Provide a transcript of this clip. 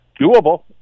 doable